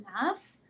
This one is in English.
enough